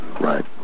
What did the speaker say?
Right